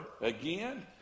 again